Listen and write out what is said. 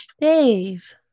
Dave